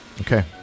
Okay